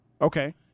Okay